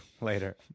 later